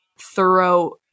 thorough